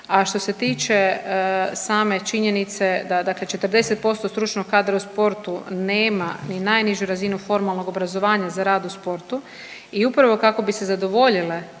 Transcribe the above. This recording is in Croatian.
a što se tiče same činjenica da dakle 40% stručnog kadra u sportu nema ni najnižu razinu formalnog obrazovanja za rad u sportu i upravo kako bi se zadovoljile